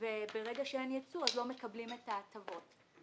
וברגע שאין ייצוא, לא מקבלים את ההטבות.